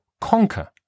conquer